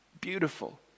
Beautiful